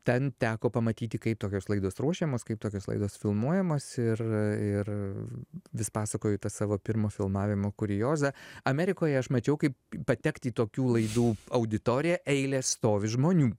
ten teko pamatyti kaip tokios laidos ruošiamos kaip tokios laidos filmuojamos ir vis pasakoju tą savo pirmo filmavimo kuriozą amerikoje aš mačiau kaip patekt į tokių laidų auditoriją eilės stovi žmonių